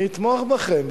אני אתמוך בכם,